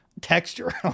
texture